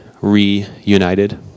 reunited